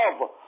love